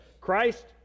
Christ